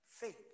faith